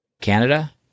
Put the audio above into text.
canada